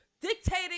dictating